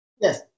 Yes